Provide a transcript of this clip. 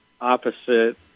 opposite